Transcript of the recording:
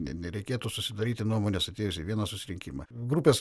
ne nereikėtų susidaryti nuomonės atėjus į vieną susirinkimą grupės